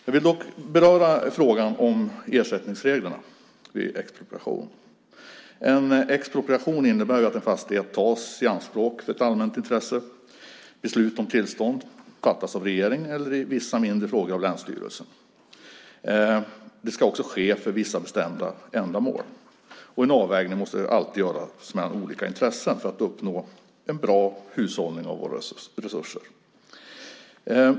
Jag vill dock beröra frågan om ersättningsreglerna vid expropriation. En expropriation innebär att en fastighet tas i anspråk för ett allmänt intresse. Beslut om tillstånd fattas av regeringen eller i vissa mindre frågor av länsstyrelsen. Den ska också ske för vissa bestämda ändamål. En avvägning måste alltid göras mellan olika intressen för att uppnå en bra hushållning med våra resurser.